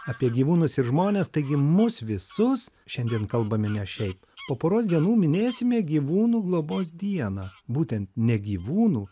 apie gyvūnus ir žmones taigi mus visus šiandien kalbame ne šiaip po poros dienų minėsime gyvūnų globos dieną būtent ne gyvūnų